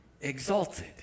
Exalted